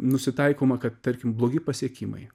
nusitaikoma kad tarkim blogi pasiekimai